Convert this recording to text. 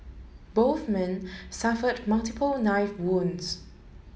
both men suffered multiple knife wounds